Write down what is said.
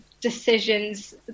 decisions